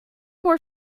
more